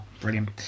Brilliant